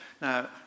Now